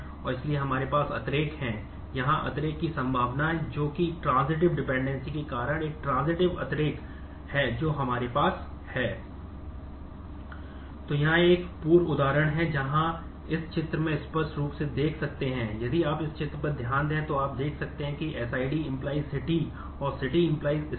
तो यहाँ एक पूर्व उदाहरण है जहाँ आप इस चित्र में स्पष्ट रूप से देख सकते हैं यदि आप इस चित्र पर ध्यान दें तो आप देख सकते हैं कि SID → city और city → status